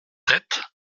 sept